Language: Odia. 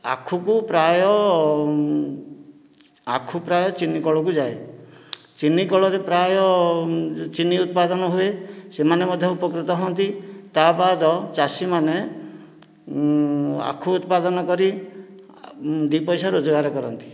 ଆଖୁକୁ ପ୍ରାୟ ଆଖୁ ପ୍ରାୟ ଚିନି କଳକୁ ଯାଏ ଚିନି କଳରେ ପ୍ରାୟ ଚିନି ଉତ୍ପାଦନ ହୁଏ ସେମାନେ ମଧ୍ୟ ଉପକୃତ ହୁଅନ୍ତି ତା' ବାଦ ଚାଷୀମାନେ ଆଖୁ ଉତ୍ପାଦନ କରି ଦୁଇ ପଇସା ରୋଜଗାର କରନ୍ତି